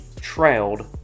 trailed